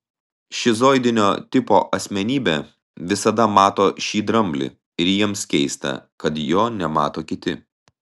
šizoidinio tipo asmenybė visada mato šį dramblį ir jiems keista kad jo nemato kiti